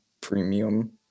premium